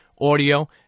audio